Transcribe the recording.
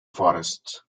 forests